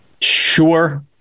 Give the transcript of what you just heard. Sure